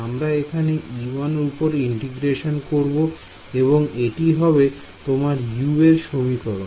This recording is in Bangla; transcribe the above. আমরা এখানে e1 উপর ইন্টিগ্রেশন করব এবং এটি হবে তোমার u এর সমীকরণ